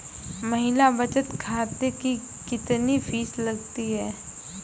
महिला बचत खाते की कितनी फीस लगती है?